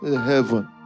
Heaven